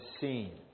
seen